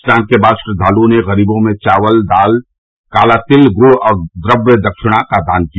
स्नान के बाद श्रद्वालुओं ने गरीबों में चावल दाल काला तिल गुड़ और द्रव्य दक्षिणा का दान किया